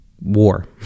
war